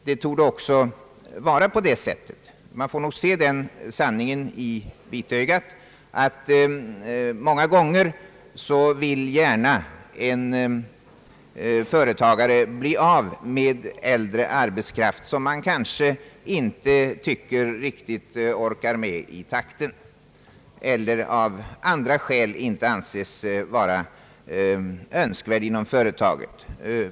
Man får nog se den sanningen i vitögat. Det torde vara på det sättet att en företa gare många gånger gärna vill bli av med äldre arbetskraft, som han kanske tycker inte riktigt orkar med i takten eller som man av andra skäl inte anser vara önskvärd inom företaget.